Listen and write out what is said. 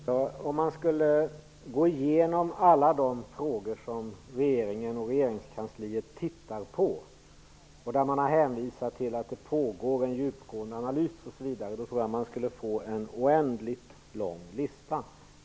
Herr talman! Om man går igenom alla frågor som regeringen och regeringskansliet tittar på -- frågor där man har hänvisat till att en djupgående analys pågår osv. -- tror jag att listan blir oändligt lång.